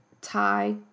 Thai